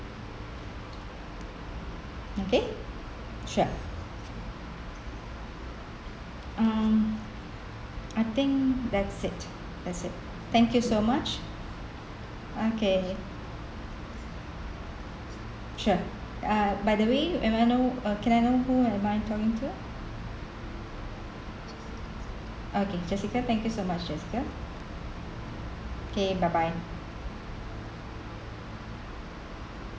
okay sure um I think that's it that's it thank you so much okay sure uh by the way may I know can I know who am I talking to okay jassica thank you so much jassica okay bye bye